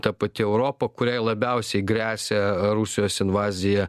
ta pati europa kuriai labiausiai gresia rusijos invazija